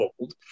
old